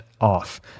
off